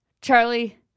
Charlie